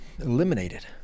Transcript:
Eliminated